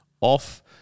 off